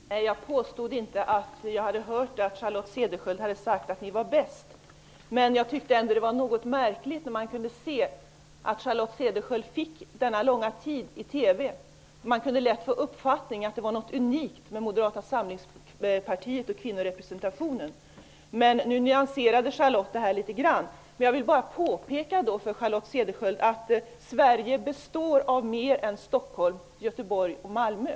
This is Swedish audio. Fru talman! Jag påstod inte att jag hade hört Charlotte Cederschiöld säga att Moderaterna var bäst. Jag tyckte bara att det var märkligt att hon fick så lång tid i TV. Man kunde lätt få uppfattningen att det var något unikt med Moderata samlingspartiets kvinnorepresentation. Nu nyanserade hon detta litet grand. Jag vill bara påpeka för Charlotte Cederschiöld att Sverige består av mer än Stockholm, Göteborg och Malmö.